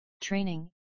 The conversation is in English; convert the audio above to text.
training